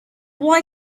why